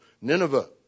Nineveh